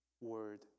word